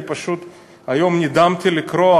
אני פשוט נדהמתי היום לקרוא,